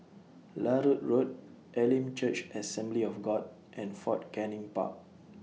Larut Road Elim Church Assembly of God and Fort Canning Park